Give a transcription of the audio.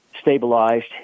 stabilized